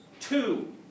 Two